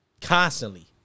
constantly